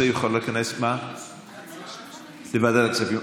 לוועדת הכספים.